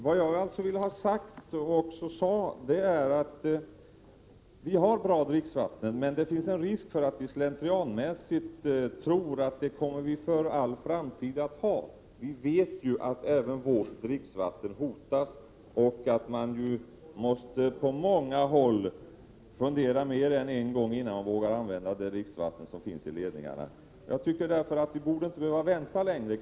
Vad jag sade var att vi har ett bra dricksvatten, men att det finns en risk för att vi slentrianmässigt tror att vi för all framtid kommer att ha det. Vi vet att vårt dricksvatten hotas och att man på många håll måste fundera mer än en gång innan man vågar använda det dricksvatten som finns i ledningarna. Vi borde därför inte behöva vänta längre.